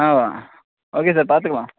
ஆ okay sir பார்த்துக்கலாம்